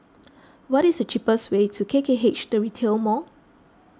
what is the cheapest way to K K H the Retail Mall